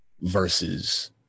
versus